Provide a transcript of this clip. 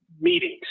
meetings